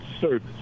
service